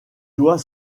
doit